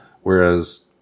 Whereas